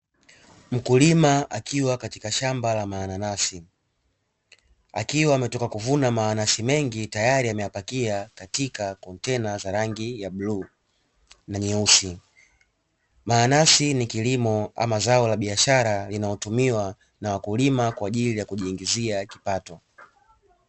Mkulima akiwa katika shamba la mananasi akiwa ametoka kuvuna mananai mengi tayari ameyapakia katika kontena za rangi ya bluu na nyeusi. Mananasi ni kilimo ama zao la biashara linalotumiwa na wakulima kwa ajili ya kujiingizia kipato.